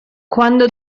quando